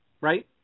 right